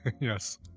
yes